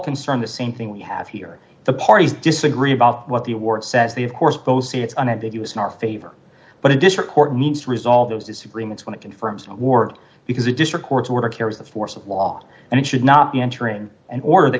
concerned the same thing we have here the parties disagree about what the award says the of course both see it's an end to us in our favor but a district court need to resolve those disagreements when it confirms ward because the district court's order carries the force of law and it should not be entering an order t